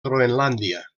groenlàndia